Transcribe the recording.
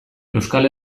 euskal